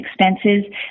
expenses